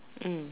mm